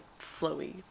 flowy